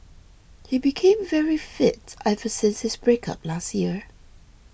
he became very fit ever since his breakup last year